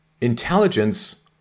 intelligence